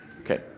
Okay